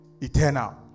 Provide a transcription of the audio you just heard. eternal